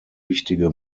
wichtige